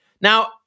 Now